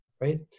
Right